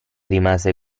rimase